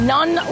None